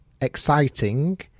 exciting